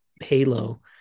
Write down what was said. halo